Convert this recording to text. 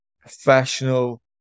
professional